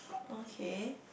okay